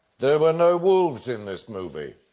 there were no wolves in this movie.